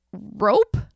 Rope